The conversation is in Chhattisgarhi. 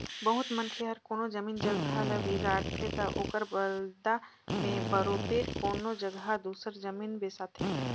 बहुत मनखे हर कोनो जमीन जगहा ल बिगाड़थे ता ओकर बलदा में बरोबेर कोनो जगहा दूसर जमीन बेसाथे